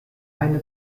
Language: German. eine